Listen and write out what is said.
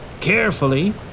carefully